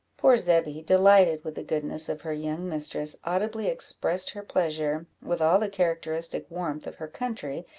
poor zebby, delighted with the goodness of her young mistress, audibly expressed her pleasure, with all the characteristic warmth of her country,